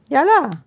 ya lah